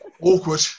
awkward